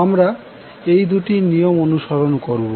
আমরা এই দুটি নিয়ম অনুসরন করবো